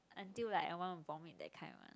until like I wanna vomit that kind one